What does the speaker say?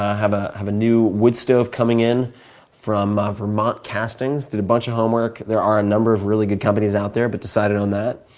have ah have a new wood stove coming in from ah vermont castings. did a bunch of homework. there are a number of really good companies out there, but decided on that.